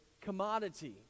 commodity